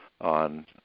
on